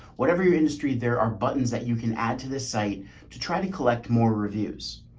whatever your industry, there are buttons that you can add to this site to try to collect more reviews.